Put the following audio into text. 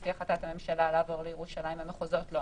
לפי החלטת הממשלה, לעבור לירושלים, והמחוזות לא.